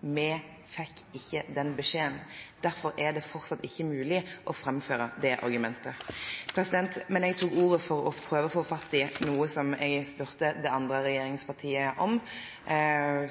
Vi fikk ikke den beskjeden. Derfor er det fortsatt ikke mulig å framføre det argumentet. Men jeg tok ordet for å prøve å få fatt i noe som jeg spurte det andre regjeringspartiet om,